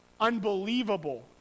unbelievable